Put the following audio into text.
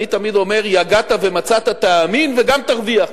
ואני תמיד אומר: יגעת ומצאת, תאמין וגם תרוויח.